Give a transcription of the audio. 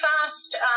fast